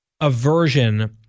aversion